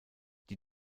die